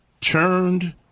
turned